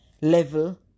level